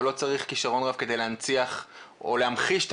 אבל לא צריך כשרון רב כדי להנציח או להמחיש את